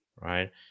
right